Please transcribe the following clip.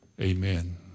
amen